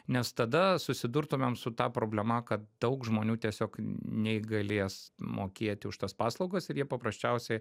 nes tada susidurtumėm su ta problema kad daug žmonių tiesiog neįgalės mokėti už tas paslaugas ir jie paprasčiausiai